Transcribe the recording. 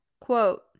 quote